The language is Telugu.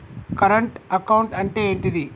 కరెంట్ అకౌంట్ అంటే ఏంటిది?